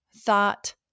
thought